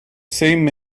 same